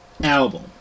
album